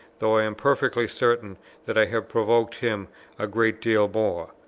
though i am perfectly certain that i have provoked him a great deal more.